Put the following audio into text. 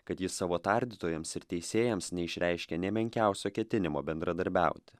kad jis savo tardytojams ir teisėjams neišreiškė nė menkiausio ketinimo bendradarbiauti